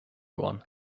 one